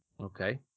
Okay